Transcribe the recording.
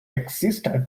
existed